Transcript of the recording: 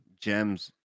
gems